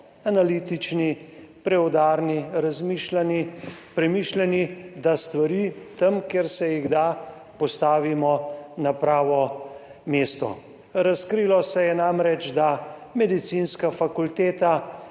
analitični, preudarni, razmišljujoči, premišljeni, da stvari tam, kjer se jih da, postavimo na pravo mesto. Razkrilo se je namreč, da medicinska fakulteta,